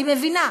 אני מבינה.